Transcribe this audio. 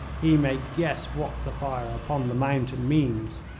he may guess what the fire upon the mountain means.